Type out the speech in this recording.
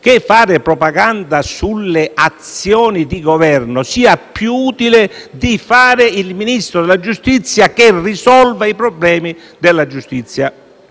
che fare propaganda sulle azioni di Governo sia più utile che fare il Ministro della giustizia che risolve i problemi della giustizia.